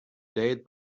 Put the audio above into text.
date